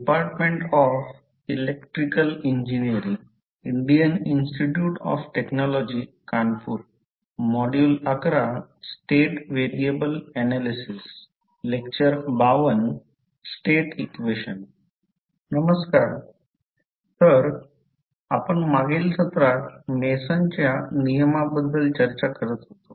नमस्कार तर आपण मागील सत्रात मेसनच्या नियमाबद्दल चर्चा करत होतो